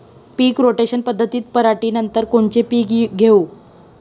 पीक rotation पद्धतीत पराटीनंतर कोनचे पीक घेऊ?